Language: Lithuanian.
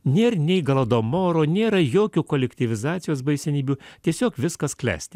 nėr nei galadomoro nėra jokių kolektyvizacijos baisenybių tiesiog viskas klesti